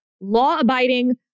law-abiding